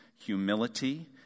humility